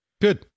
Good